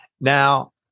Now